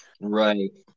right